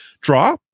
draw